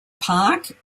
park